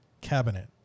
cabinet